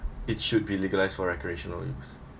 it should be legalised for recreational use